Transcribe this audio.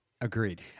Agreed